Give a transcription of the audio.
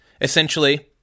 Essentially